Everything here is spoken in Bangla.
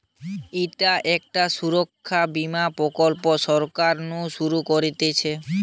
ইটা একটা সুরক্ষা বীমা প্রকল্প সরকার নু শুরু করতিছে